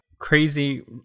Crazy